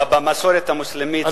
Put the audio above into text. במסורת המוסלמית,